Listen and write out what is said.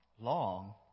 long